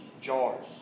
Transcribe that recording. jars